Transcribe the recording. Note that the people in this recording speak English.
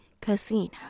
casino